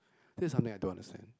this is something I don't understand